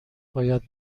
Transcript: باید